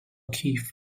کیف